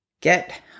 get